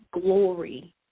glory